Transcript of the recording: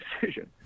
decision